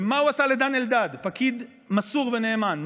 ומה הוא עשה לדן אלדד, פקיד מסור ונאמן?